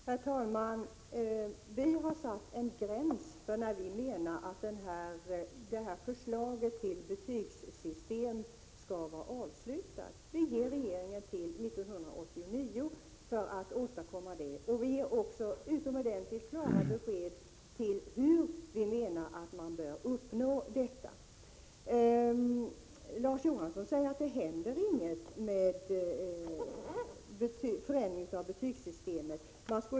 Herr talman! Vi har satt en tidsgräns för när enligt vår mening detta förslag till betygssystem skall vara färdigt. Vi låter regeringen få tid på sig fram till 1989 för att åstadkomma detta. Vi ger också utomordentligt klara besked till hur vi menar att detta bör uppnås. Larz Johansson säger att det inte händer något med förändringen av betygssystemet.